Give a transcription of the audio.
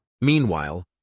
Meanwhile